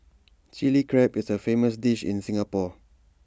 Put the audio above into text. Chilli Crab is A famous dish in Singapore